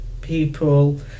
people